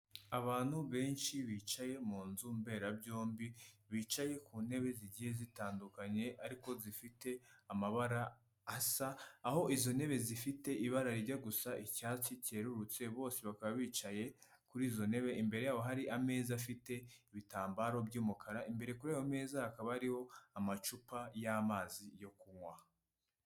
Abantu benshi bicaye mu nzu mberabyombi, bicaye ku ntebe zigiye zitandukanye ariko zifite amabara asa, aho izo ntebe zifite ibara rijya gusa icyatsi cyerurutse bose bakaba bicaye kuri izo ntebe, imbere yabo hari ameza afite ibitambaro by'umukara, imbere kuri iyo meza hakaba hariho amacupa y'amazi yo kunywa.